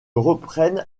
reprenne